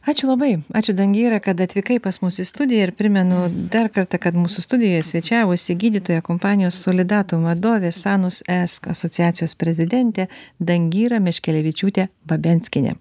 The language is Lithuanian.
ačiū labai ačiū dangyra kad atvykai pas mus į studiją ir primenu dar kartą kad mūsų studijoj svečiavosi gydytoja kompanijos solidatum vadovė sanus es asociacijos prezidentė dangyra meškelevičiūtė babenskienė